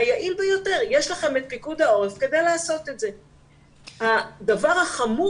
יש לי הרגשת דז'ה וו